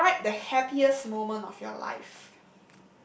describe the happiest moment of your life